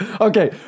Okay